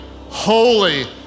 holy